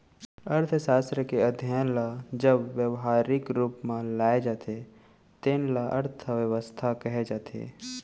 अर्थसास्त्र के अध्ययन ल जब ब्यवहारिक रूप म लाए जाथे तेन ल अर्थबेवस्था कहे जाथे